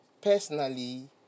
personally